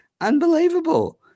unbelievable